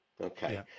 okay